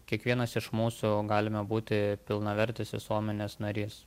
kiekvienas iš mūsų galime būti pilnavertis visuomenės narys